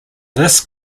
this